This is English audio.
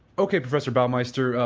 okay, professor baumeister,